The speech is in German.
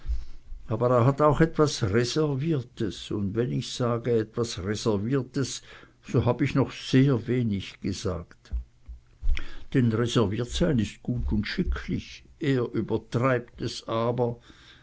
sein er hat aber auch etwas reserviertes und wenn ich sage was reserviertes so hab ich noch sehr wenig gesagt denn reserviertsein ist gut und schicklich er übertreibt es aber